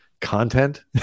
content